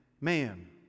man